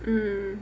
mm